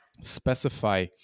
specify